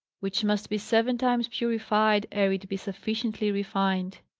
which must be seven times purified, ere it be sufficiently refined.